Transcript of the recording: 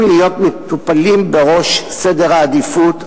להיות מטופלים בראש סדר העדיפויות,